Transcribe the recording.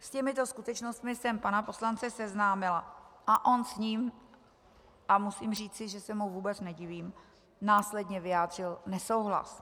S těmito skutečnostmi jsem pana poslance seznámila, a on s ním, a musím říci, že se mu vůbec nedivím, následně vyjádřil nesouhlas.